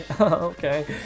okay